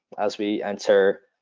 as we enter,